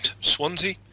Swansea